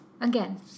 Again